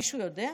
מישהו יודע?